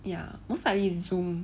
ya most likely zoom